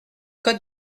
code